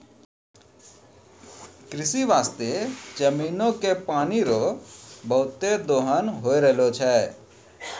कृषि बास्ते जमीनो के पानी रो बहुते दोहन होय रहलो छै